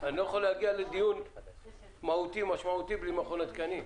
אני לא יכול להגיע לדיון משמעותי בלי מכון התקנים.